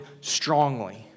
strongly